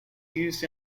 used